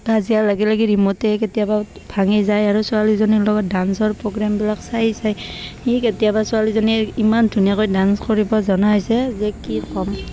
কাজিয়া লাগি লাগি ৰিম'টে কেতিয়াবা ভাঙি যায় আৰু ছোৱালীজনীৰ লগত ডান্সৰ প্ৰগ্ৰেমবিলাক চাই চাই সি কেতিয়াবা ছোৱালীজনী ইমান ধুনীয়াকৈ ডান্স কৰিব জনা হৈছে যে কি ক'ম